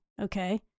Okay